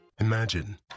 Imagine